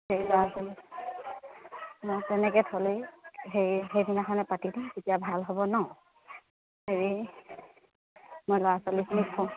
হেৰি ল'ৰা ছোৱালী মই তেনেকৈয়ে থ'লেই হেই সেইদিনাখনে পাতি দিম তেতিয়া ভাল হ'ব ন হেৰি মই ল'ৰা ছোৱালীখিনিক কওঁ